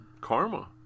karma